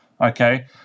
okay